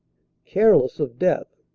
careless of death.